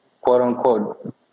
quote-unquote